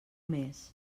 més